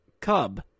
cub